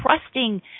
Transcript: trusting